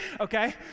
okay